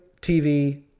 TV